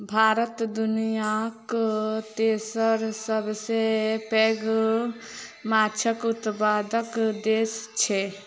भारत दुनियाक तेसर सबसे पैघ माछक उत्पादक देस छै